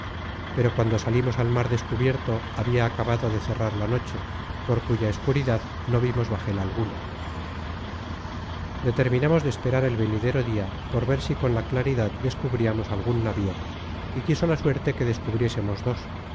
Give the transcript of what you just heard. pero cuando salimos al mar descubierto habia acabado de cerrar la noche por cuya escuridad no vimos bajel alguno determinamos de esperar el venidero dia por ver si con la claridad descubriamos algun navío y quiso la suerte que descubriésemos dos